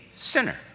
sinner